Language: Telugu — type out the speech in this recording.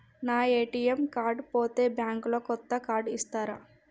నా ఏ.టి.ఎమ్ కార్డు పోతే బ్యాంక్ లో కొత్త కార్డు ఇస్తరా?